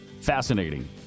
Fascinating